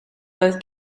both